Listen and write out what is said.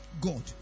God